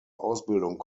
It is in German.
ausbildung